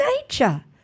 nature